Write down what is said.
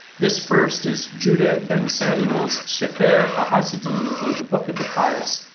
this first is judah ben samuel's sefer ah chassidim, or the book of the pious,